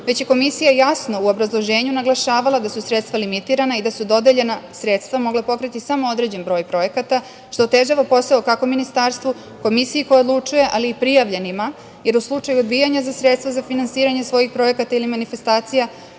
već je Komisija jasno u obrazloženju naglašavala da su sredstva limitirana i da su dodeljena sredstva mogla pokriti samo određen broj projekata što otežava posao, kako ministarstvu, Komisiji koja odlučuje, ali i prijavljenima, jer u slučaju odbijanja sredstava za finansiranje svojih projekata ili manifestacija